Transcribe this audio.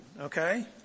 okay